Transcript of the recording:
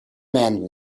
man